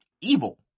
evil